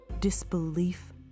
disbelief